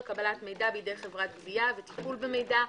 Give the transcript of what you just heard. קבלת מידע בידי חברת גבייה וטיפול במידע,